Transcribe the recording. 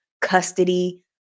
custody